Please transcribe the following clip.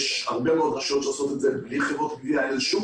יש הרבה מאוד רשויות שעושות את זה בלי חברות גבייה.